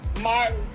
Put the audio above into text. Martin